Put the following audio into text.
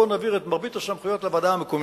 בואו נעביר את מרבית הסמכויות לוועדה המקומית.